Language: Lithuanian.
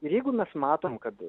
ir jeigu mes matom kad